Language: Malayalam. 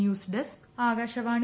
news desk Akashvani